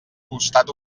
costat